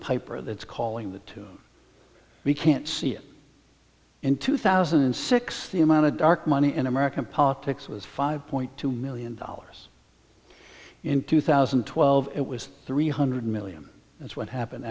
piper that's calling the we can't see it in two thousand and six the amount of dark money in american politics was five point two million dollars in two thousand and twelve it was three hundred million that's what happened